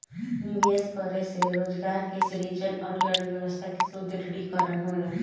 निवेश करे से रोजगार के सृजन अउरी अर्थव्यस्था के सुदृढ़ीकरन होला